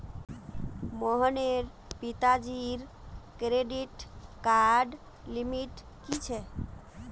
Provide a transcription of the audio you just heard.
मोहनेर पिताजीर क्रेडिट कार्डर लिमिट की छेक